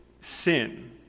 sin